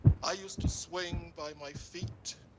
i used to swing by my feet,